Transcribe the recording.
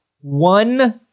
one